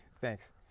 thanks